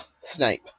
snape